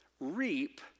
Reap